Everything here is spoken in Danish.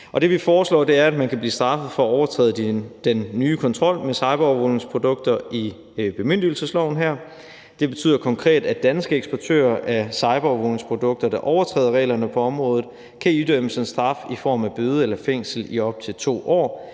vi foreslår, er, at man kan blive straffet for at overtræde den nye kontrol med cyberovervågningsprodukter i bemyndigelsesloven. Det betyder konkret, at danske eksportører af cyberovervågningsprodukter, der overtræder reglerne på området, kan idømmes en straf i form af bøde eller fængsel i op til 2 år